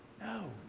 No